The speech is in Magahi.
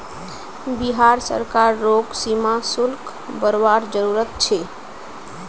बिहार सरकार रोग सीमा शुल्क बरवार जरूरत छे